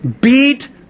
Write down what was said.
Beat